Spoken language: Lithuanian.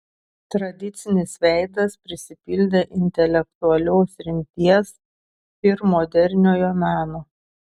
tradicinis veidas prisipildė intelektualios rimties ir moderniojo meno